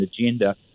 agenda